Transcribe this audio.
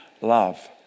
love